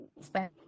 spend